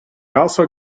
also